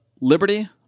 Liberty